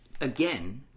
again